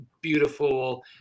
beautiful